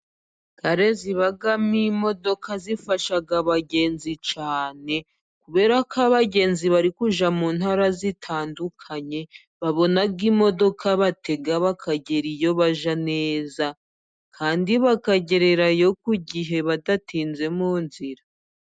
Gare zibamo imodoka zifasha abagenzi cyane kuberako abagenzi bari kujya mu ntara zitandukanye babona imodoka batega ,bakagera iyo bajya neza kandi bakagererayo ku gihe badatinze mu nzira.